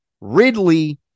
Ridley